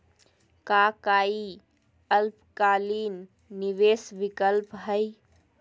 का काई अल्पकालिक निवेस विकल्प हई?